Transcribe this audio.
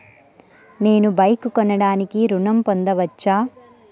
నేను బైక్ కొనటానికి ఋణం పొందవచ్చా?